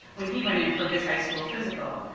when he went in for his high school physical.